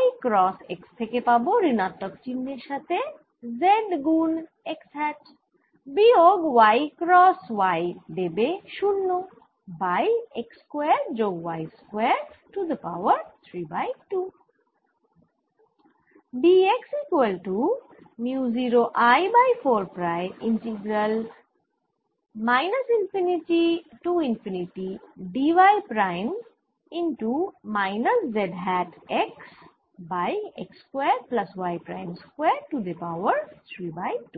y cross x থেকে পাবো ঋণাত্মক চিহ্নের সাথে z গুন x বিয়োগ y ক্রস y দেবে 0 বাই x স্কয়ার যোগ y prime square to the power 3 by 2